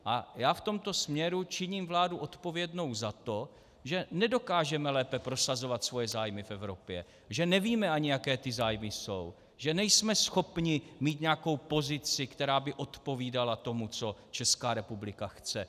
Já v tomto směru činím vládu odpovědnou za to, že nedokážeme lépe prosazovat svoje zájmy v Evropě, že ani nevíme, jaké ty zájmy jsou, že nejsme schopni mít nějakou pozici, která by odpovídala tomu, co Česká republika chce.